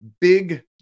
big